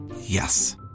Yes